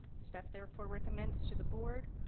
staff therefore recommends to the board,